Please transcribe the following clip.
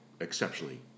exceptionally